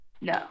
No